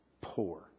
poor